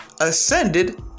Ascended